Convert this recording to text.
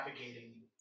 navigating